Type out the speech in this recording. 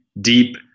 deep